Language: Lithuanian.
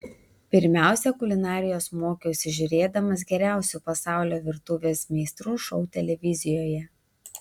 pirmiausia kulinarijos mokiausi žiūrėdamas geriausių pasaulio virtuvės meistrų šou televizijoje